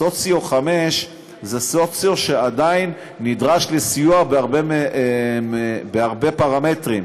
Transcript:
סוציו 5 זה סוציו שעדיין נדרש לסיוע בהרבה פרמטרים.